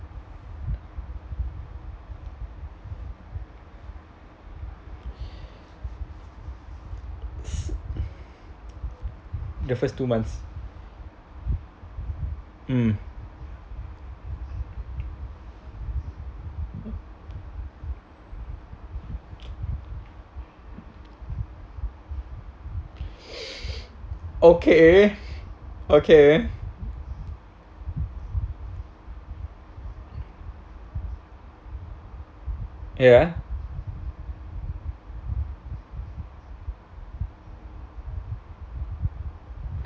the first two months mmhmm okay okay ya